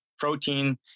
protein